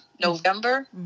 November